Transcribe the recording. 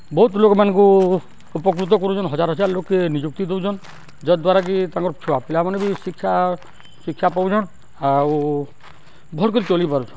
ବହୁତ୍ ଲୋକ୍ମାନ୍କୁ ଉପକୃତ କରୁଚନ୍ ହଜାର୍ ହଜାର୍ ଲୋକ୍କେ ନିଯୁକ୍ତି ଦଉଚନ୍ ଯଦ୍ୱାରାକିି ତାଙ୍କର୍ ଛୁଆ ପିଲାମାନେ ବି ଶିକ୍ଷା ଶିକ୍ଷା ପାଉଚନ୍ ଆଉ ଭଲ କରି ଚଲି ପାରୁଚନ୍